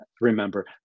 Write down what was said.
remember